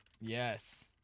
Yes